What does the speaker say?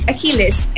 Achilles